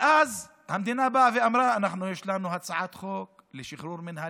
ואז המדינה באה ואמרה: יש לנו הצעת חוק לשחרור מינהלי,